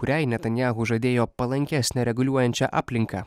kuriai netanijahu žadėjo palankesnę reguliuojančią aplinką